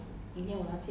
可以